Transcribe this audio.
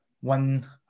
one